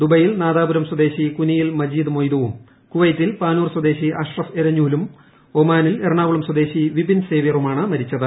ദുബൈയിൽ നാദാപുരും സ്പ്ദേശി കുനിയിൽ മജീദ് മൊയ്തുവും കുവൈറ്റിൽ പ്ലാന്നൂർ സ്വദേശി അഷ്റഫ് എരഞ്ഞൂലും ഒമാനിൽ എറണാകുളം സ്വദേശി വിപിൻ സേവ്യറുമാണ് മരിച്ചത്